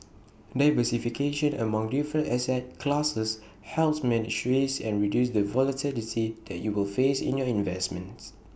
diversification among different asset classes helps manage risk and reduce the volatility that you will face in your investments